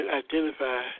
identify